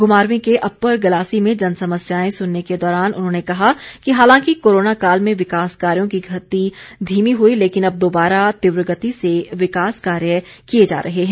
घुमारवीं के अप्पर गलासी में जनसमस्याएं सुनने के दौरान उन्होंने कहा कि हालांकि कोरोना काल में विकास कार्यों की गति धीमी हुई लेकिन अब दोबारा तीव्र गति से विकास कार्य किए जा रहे हैं